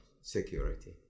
security